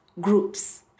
groups